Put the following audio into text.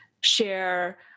share